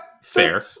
Fair